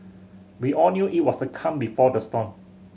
we all knew it was the calm before the storm